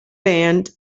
band